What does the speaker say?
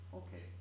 okay